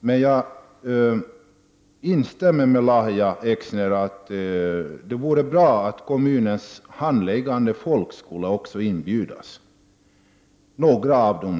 Jag instämmer med Lahja Exner att det vore bra om kommunens handläggande personal också skulle inbjudas, åtminstone några av dem.